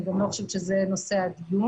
אני גם לא חושבת שזה נושא הדיון.